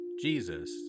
Jesus